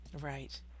right